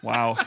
Wow